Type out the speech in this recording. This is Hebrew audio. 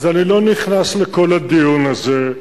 אז אני לא נכנס לכל הדיון הזה,